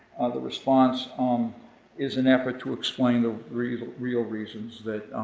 the response um is an effort to explain the real real reasons that